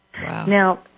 Now